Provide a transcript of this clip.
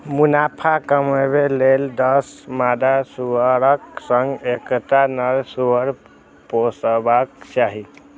मुनाफा कमाबै लेल दस मादा सुअरक संग एकटा नर सुअर पोसबाक चाही